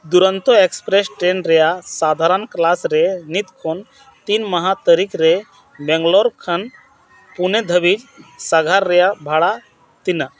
Duronto express train ᱨᱮᱭᱟᱜ ᱥᱟᱫᱷᱟᱨᱚᱱ class ᱨᱮ ᱱᱤᱛ ᱠᱷᱚᱱ ᱛᱤᱱ ᱢᱟᱦᱟ ᱛᱟᱹᱨᱤᱠᱷ ᱨᱮ ᱵᱮᱝᱞᱳᱨ ᱠᱷᱚᱱ ᱯᱩᱱᱮ ᱫᱷᱟᱹᱵᱤᱡ ᱥᱟᱸᱜᱷᱟᱨ ᱨᱮᱭᱟᱜ ᱵᱷᱟᱲᱟ ᱛᱤᱱᱟᱹᱜ